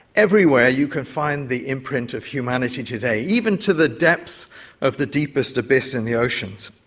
everywhere you can find the imprint of humanity today, even to the depths of the deepest abyss in the oceans.